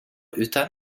utan